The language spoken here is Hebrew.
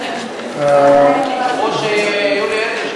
אמרו שיולי אדלשטיין.